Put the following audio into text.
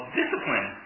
discipline